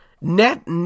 Net